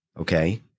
Okay